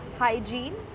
hygiene